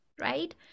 right